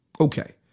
Okay